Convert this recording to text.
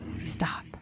stop